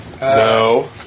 No